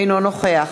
אינו נוכח